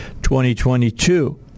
2022